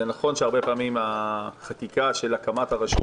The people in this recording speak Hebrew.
זה נכון שהרבה פעמים החקיקה של הקמת הרשות